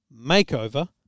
makeover